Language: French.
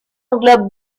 englobe